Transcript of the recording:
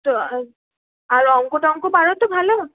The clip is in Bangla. তো আর অংক টংক পারো তো ভালো